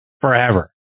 forever